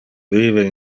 vive